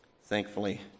thankfully